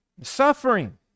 suffering